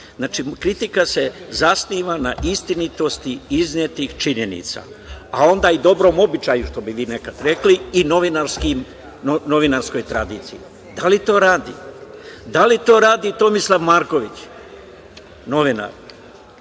kritika se zasniva na istinitosti iznetih činjenica, a onda i dobrom običaju, što bi vi nekad rekli, i novinarskoj tradiciji. Da li to radi? Da li to radi Tomislav Marković, novinar,